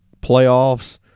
playoffs